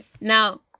now